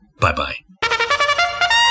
Bye-bye